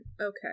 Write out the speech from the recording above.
okay